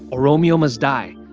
or romeo must die,